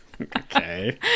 okay